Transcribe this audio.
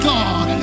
God